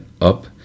up